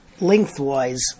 lengthwise